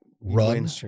run